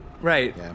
Right